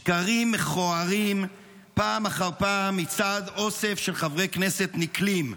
שקרים מכוערים פעם אחר פעם מצד אוסף של חברי כנסת נקלים.